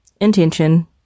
intention